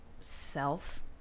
self